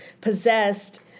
possessed